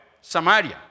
Samaria